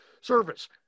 service